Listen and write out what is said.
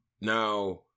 now